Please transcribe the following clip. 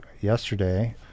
yesterday